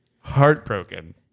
heartbroken